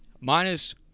minus